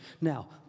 Now